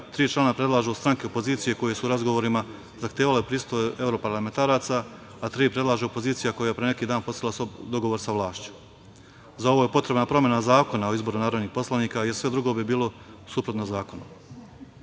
tri člana predlažu stranke opozicije koje su u razgovorima zahtevale prisustvo evroparlamentaraca, a tri predlaže opozicija koja je pre neki dan postigla dogovor sa vlašću. Za ovo je potrebna promena Zakona o izboru narodnih poslanika, jer sve drugo bi bilo suprotno zakonu. Čini